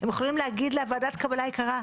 הם יכולים להגיד לה ועדת קבלה יקרה,